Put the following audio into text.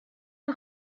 این